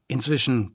Inzwischen